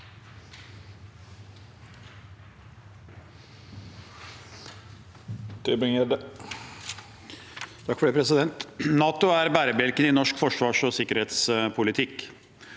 NATO er bærebjelken i norsk forsvars- og sikkerhetspolitikk.